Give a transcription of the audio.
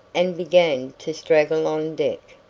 and began to straggle on deck,